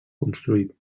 construït